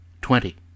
twenty